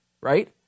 Right